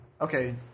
Okay